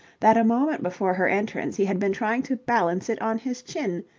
that a moment before her entrance he had been trying to balance it on his chin,